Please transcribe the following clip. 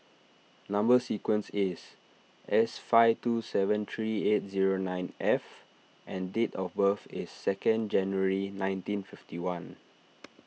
Number Sequence is S five two seven three eight zero nine F and date of birth is second January nineteen fifty one